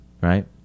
right